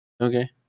Okay